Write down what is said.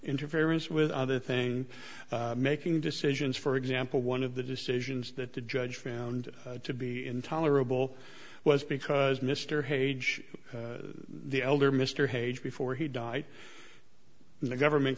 interference with other thing making decisions for example one of the decisions that the judge found to be intolerable was because mr hage the elder mr hage before he died in the government